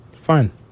Fine